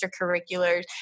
extracurriculars